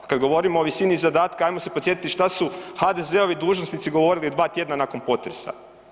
Kad govorimo o visini zadatka, hajmo se podsjetiti što su HDZ-ovi dužnosnici govorili 2 tjedna nakon potresa.